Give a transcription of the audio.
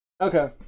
okay